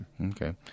Okay